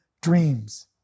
dreams